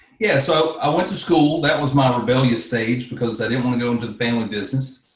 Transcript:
yeah, so i went to school, that was my rebellious stage because i didn't wanna go into the family business.